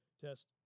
Test